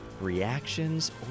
reactions